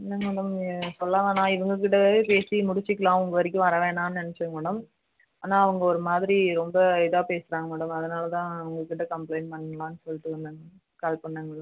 இல்லங்க மேடம் சொல்ல வேணாம் இவங்க கிட்டவே பேசி முடிச்சிக்கலாம் உங்கள் வரைக்கும் வர வேணாம் நினச்சேங்க மேடம் ஆனால் அவங்க ஒரு மாதிரி ரொம்ப இதாக பேசுகிறாங்க மேடம் அதனால் தான் உங்கள் கிட்ட கம்ப்ளெயிண்ட் பண்ணலாம் சொல்லிட்டு வந்தேன் கால் பண்ணேங்க மேடம்